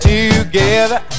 Together